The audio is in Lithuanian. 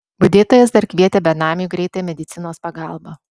budėtojas dar kvietė benamiui greitąją medicinos pagalbą